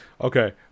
Okay